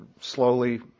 slowly